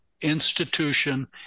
institution